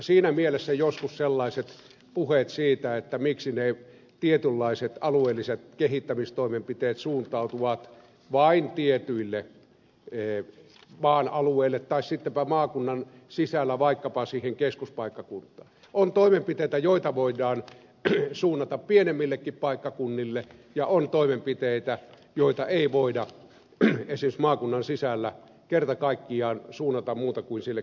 siinä mielessä kun kuulee sellaisia puheita miksi ne tietynlaiset alueelliset kehittämistoimenpiteet suuntautuvat vain alueille tai sittenpä maakunnan sisällä vaikkapa siihen keskuspaikkakuntaan niin on toimenpiteitä joita voidaan suunnata pienemmillekin paikkakunnille ja on toimenpiteitä joita ei voida esimerkiksi maakunnan sisällä kerta kaikkiaan suunnata muuta kuin sille keskuspaikkakunnalle